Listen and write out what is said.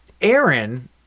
Aaron